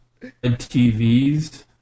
TVs